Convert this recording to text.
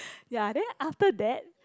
ya then after that